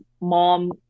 mom